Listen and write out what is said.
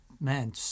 man